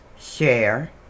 Share